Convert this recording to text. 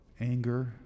anger